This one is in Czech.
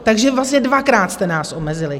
Takže vlastně dvakrát jste nás omezili.